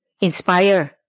inspire